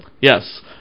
Yes